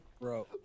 Bro